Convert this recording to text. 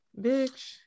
bitch